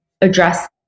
address